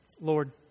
Lord